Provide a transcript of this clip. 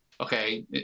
okay